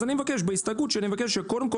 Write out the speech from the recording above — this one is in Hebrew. אז אני מבקש בהסתייגות שלי שזה יהיה קודם כל